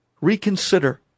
reconsider